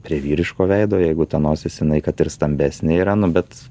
prie vyriško veido jeigu ta nosis jinai kad ir stambesnė yra nu bet